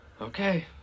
Okay